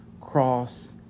cross